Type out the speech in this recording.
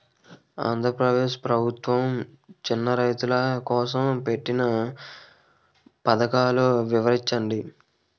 ఆంధ్రప్రదేశ్ ప్రభుత్వ చిన్నా రైతుల కోసం పెట్టిన పథకాలు వివరించండి?